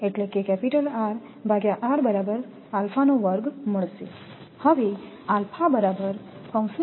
એટલે તેથી થશેબરાબર ને